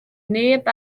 neb